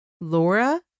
Laura